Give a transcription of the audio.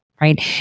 right